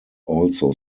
also